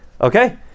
Okay